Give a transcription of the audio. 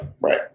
right